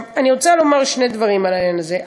אני רוצה לומר שני דברים על העניין הזה.